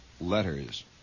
letters